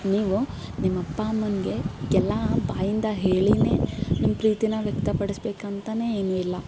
ನೀವು ನಿಮ್ಮ ಅಪ್ಪ ಅಮ್ಮನಿಗೆ ಎಲ್ಲ ಬಾಯಿಂದ ಹೇಳಿಯೇ ನಿಮ್ಮ ಪ್ರೀತಿನ ವ್ಯಕ್ತಪಡಿಸ್ಬೇಕು ಅಂತಲೇ ಏನು ಇಲ್ಲ